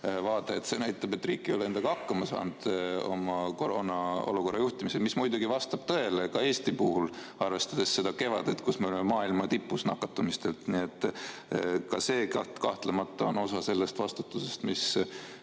vaade. See näitab, et riik ei ole hakkama saanud koroonaolukorra juhtimisega. See muidugi vastab tõele ka Eesti puhul, arvestades seda kevadet, kui me olime maailma tipus nakatumiste poolest. Nii et ka see kahtlemata on osa sellest vastutusest, mis